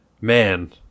Man